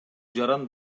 жаран